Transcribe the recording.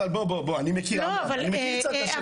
אבל בוא, אני מכיר קצת את השטח.